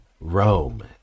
Rome